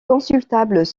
consultables